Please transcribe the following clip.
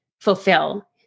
fulfill